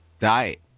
diet